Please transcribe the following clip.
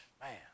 man